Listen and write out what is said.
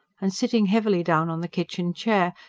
and sitting heavily down on the kitchen-chair,